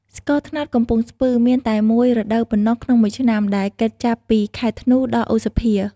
ស្ករត្នោតកំពង់ស្ពឺ មានតែមួយរដូវប៉ុណ្ណោះក្នុងមួយឆ្នាំ ដែលគិតចាប់ពីខែធ្នូ ដល់ឧសភា។